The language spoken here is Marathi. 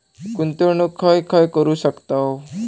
गुंतवणूक खय खय करू शकतव?